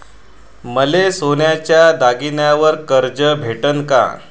मले सोन्याच्या दागिन्यावर कर्ज भेटन का?